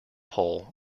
hull